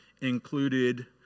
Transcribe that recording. included